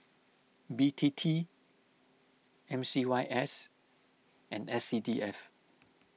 B T T M C Y S and S C D F